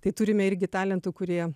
tai turime irgi talentų kurie